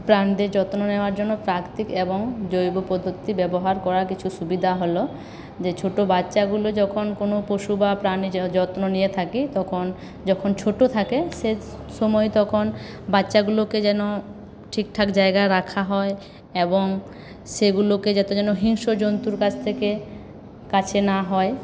প্রাণীদের যত্ন নেওয়ার জন্য প্রাকৃতিক এবং জৈব পদ্ধতি ব্যবহার করার কিছু সুবিধা হল যে ছোটো বাচ্চাগুলো যখন কোনো পশু বা প্রাণী যত্ন নিয়ে থাকি তখন যখন ছোটো থাকে সেই সময় তখন বাচ্চাগুলোকে যেন ঠিকঠাক জায়গায় রাখা হয় এবং সেগুলোকে যাতে যেন হিংস্র জন্তুর কাছ থেকে কাছে না হয়